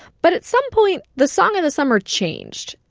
but at some point, the song of the summer changed.